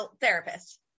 therapist